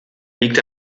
liegt